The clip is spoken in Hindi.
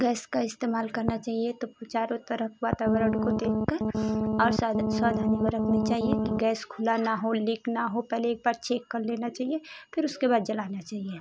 गैस का इस्तेमाल करना चाहिए तो चारों तरफ वातावरण को देखकर और सावधानी बरतनी चाहिए कि गैस खुला न हो लीक न हो पहले एक बार चेक कर लेना चाहिए फिर उसके बाद जलाना चाहिए